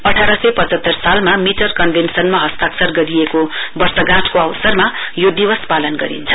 अठार सय पचहत्तर सालमा मीटर कन्भेन्शनमा हस्ताक्षर गरिएको वर्षगाँठको अवसरमा यो दिवस पालन गरिन्छ